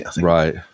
right